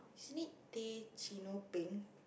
isn't it teh cino peng